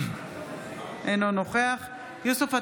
אינו נוכח יוסף עטאונה,